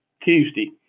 Tuesday